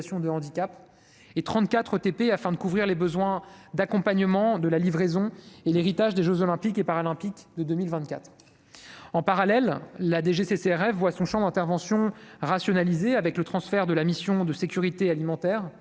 de handicap et 34 TP afin de couvrir les besoins d'accompagnement de la livraison et l'héritage des Jeux olympiques et paralympiques de 2024 en parallèle la DGCCRF voit son Champ d'intervention rationaliser, avec le transfert de la mission de sécurité alimentaire